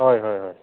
ᱦᱳᱭ ᱦᱳᱭ ᱦᱳᱭ